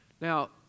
Now